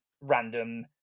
random